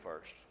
first